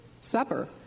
supper